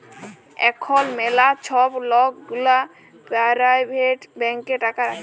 এখল ম্যালা ছব লক গুলা পারাইভেট ব্যাংকে টাকা রাখে